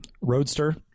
Roadster